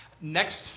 next